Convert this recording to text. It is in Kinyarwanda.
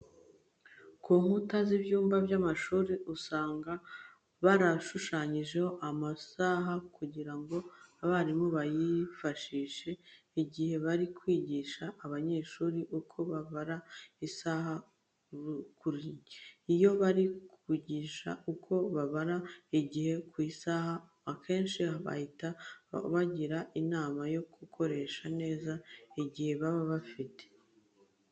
Ku nkuta z'ibyumba by'amashuri usanga barashushanyijeho amasaha kugira ngo abarimu bayifashishe igihe bari kwigisha aba banyeshuri uko babara isaha y'urushinge. Iyo bari kubigisha uko babara igihe ku isaha, akenshi bahita banabagira inama yo gukoresha neza igihe baba bafite.